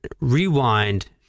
rewind